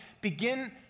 begin